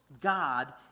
God